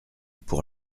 pour